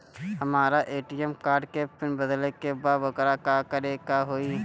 हमरा ATM card के PIN बदले के बा वोकरा ला का करे के होई?